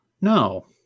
no